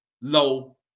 low